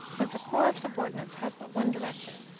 since a corps of subordinates has but one director,